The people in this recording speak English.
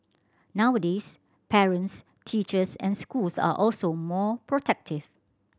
nowadays parents teachers and schools are also more protective